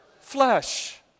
Flesh